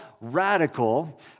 radical